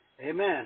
Amen